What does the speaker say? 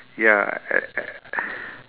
ya a~ a~